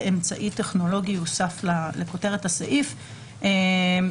הוסף לכותרת הסעיף באמצעי טכנולוגי.